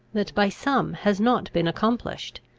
that by some has not been accomplished?